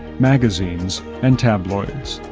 magazines and tabloids.